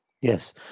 Yes